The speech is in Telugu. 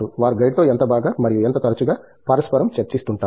వారు గైడ్తో ఎంత బాగా మరియు ఎంత తరచుగా పరస్పరం చర్చిస్తుంటారు